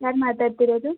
ಯಾರು ಮಾತಾಡ್ತಿರೋದು